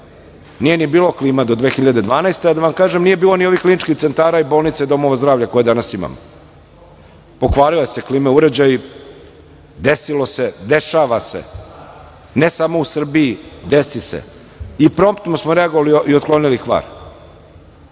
nije ni bilo klima do 2012. godine, a da vam kažem nije bilo ni ovih kliničkih centara, bolnica i domova zdravlja koje danas imamo. Pokvarili se klima uređaji, desilo se, dešava se ne samo u Srbiji, desi se i promptno smo reagovali i otklonili kvar.